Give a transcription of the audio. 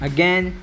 Again